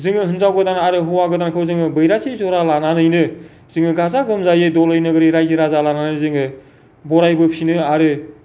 जोङो हिनजाव गोदान आरो हौआ गोदानखौ जोङो बैराथि जरा लानानैनो जोङो गाजा गोमजायै दलै नोगोरै रायजो राजा लानानै जोङो बरायबोफिनो आरो